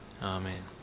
Amen